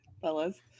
fellas